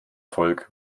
volk